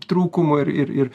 trūkumo ir ir